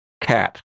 cat